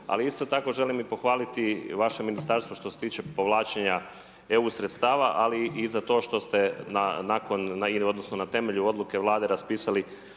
ali isto tako želim i pohvaliti vaše ministarstvo što se tiče povlačenja EU sredstava ali i za to što se nakon, odnosno na temelju odluke Vlade raspisali